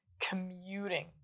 commuting